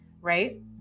right